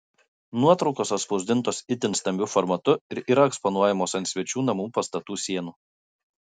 nuotraukos atspausdintos itin stambiu formatu ir yra eksponuojamos ant svečių namų pastatų sienų